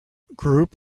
group